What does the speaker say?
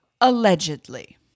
Allegedly